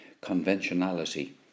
conventionality